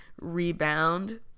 rebound